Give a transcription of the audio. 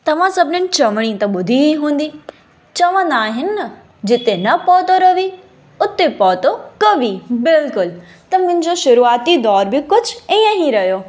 तव्हां सभिनीनि चविणी त ॿुधी ई हुंदी चवंदा आहिनि जिते न पहुतो रवि उते पहुतो कवि बिल्कुलु त मुहिंजो शूरूआती दौरु बि कुझु ईअं ई रहियो